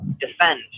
defend